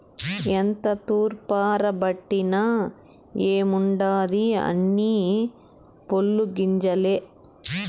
ఎంత తూర్పారబట్టిన ఏముండాది అన్నీ పొల్లు గింజలేగా